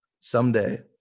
someday